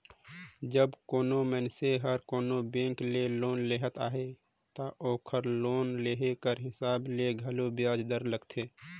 जब कोनो मइनसे हर कोनो बेंक ले लोन लेहत अहे ता ओकर लोन लेहे कर हिसाब ले घलो बियाज दर लगथे